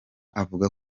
avuga